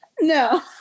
No